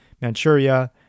manchuria